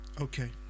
okay